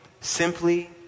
simply